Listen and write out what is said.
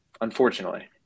unfortunately